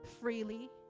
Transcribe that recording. freely